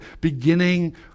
beginning